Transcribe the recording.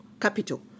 capital